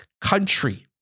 country